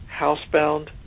housebound